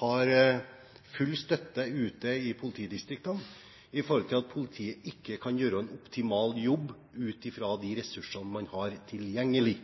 har full støtte ute i politidistriktene med hensyn til at politiet ikke kan gjøre en optimal jobb ut fra de ressursene man har tilgjengelig.